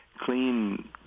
clean